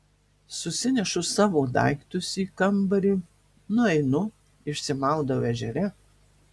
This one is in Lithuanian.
susinešu savo daiktus į kambarį nueinu išsimaudau ežere